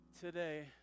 today